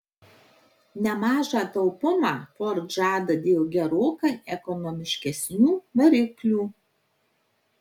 nemažą taupumą ford žada dėl gerokai ekonomiškesnių variklių